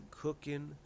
cooking